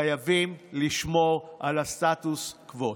חייבים לשמור על הסטטוס קוו.